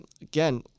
again